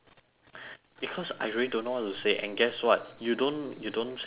because I really don't know what to say and guess what you don't you don't say anything